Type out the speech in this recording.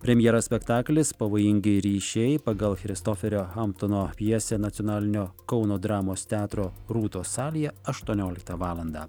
premjera spektaklis pavojingi ryšiai pagal christoferio hamtono pjesę nacionalinio kauno dramos teatro rūtos salėje aštuonioliktą valandą